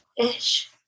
ish